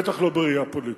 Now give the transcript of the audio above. ובטח לא בראייה פוליטית.